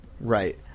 right